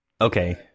Okay